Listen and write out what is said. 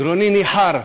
גרוני ניחר,